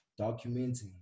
documenting